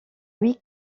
huit